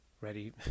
ready